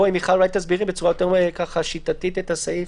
מיכל, אולי תסבירי בצורה יותר שיטתית את הסעיף.